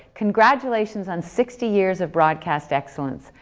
congratulations on sixty years of broadcast excellence.